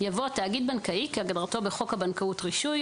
יבוא "תאגיד בנקאי כהגדרתו בחוק הבנקאות (רישוי),